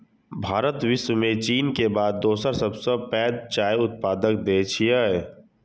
भारत विश्व मे चीन के बाद दोसर सबसं पैघ चाय उत्पादक देश छियै